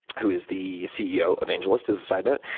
who is the ceo of angellist, as a side note.